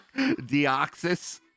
Deoxys